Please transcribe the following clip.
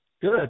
Good